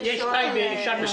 הפעילות שלה היא בתחום הדת,